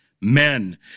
men